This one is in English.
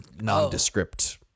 nondescript